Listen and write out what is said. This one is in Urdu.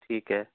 ٹھیک ہے